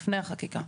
לפני החקיקה.